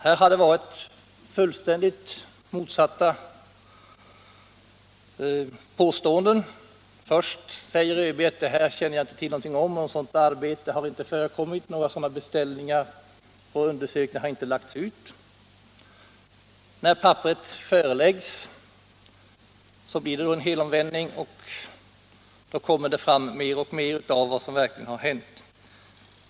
Här har det varit fullständigt motsatta påståenden. Först säger ÖB: Det här känner jag inte till något om — något sådant arbete har inte förekommit, några sådana beställningar av undersökningar har inte lagts ut. När papperet sedan föreläggs vederbörande blir det en helomvändning, och då kommer det fram mer och mer av vad som verkligen har hänt.